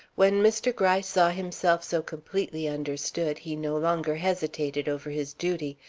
when mr. gryce saw himself so completely understood, he no longer hesitated over his duty.